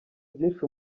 byinshi